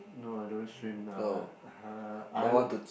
no I don't swim uh I